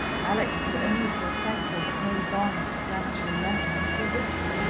alex could only feel thankful that no long, explanatory letter need be written.